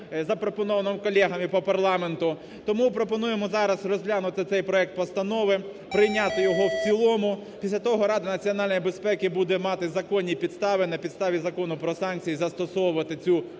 запропоновану колегами по парламенту. Тому пропонуємо зараз розглянути цей проект постанови, прийняти його в цілому. Після того Рада національної безпеки буде мати законні підстави на підставі Закону про санкції застосовувати цю політику,